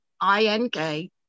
I-N-K